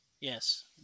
Yes